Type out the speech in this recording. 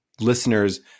listeners